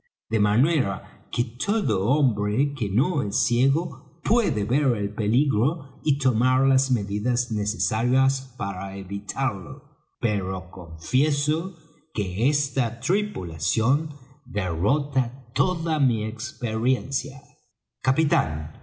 de manera que todo hombre que no es ciego puede ver el peligro y tomar las medidas necesarias para evitarlo pero confieso que esta tripulación derrota toda mi experiencia capitán